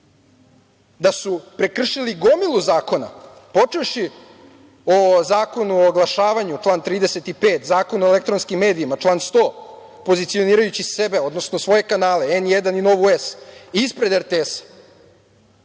da su prekršili gomilu zakona, počevši o Zakonu o oglašavanju član 35. Zakona o elektronskim medijima, član 100. pozicionirajući sebe, odnosno svoje kanale N1 i Novu S ispred RTS.